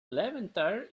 levanter